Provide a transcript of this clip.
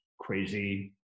crazy